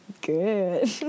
Good